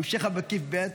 המשיכה במקיף ב',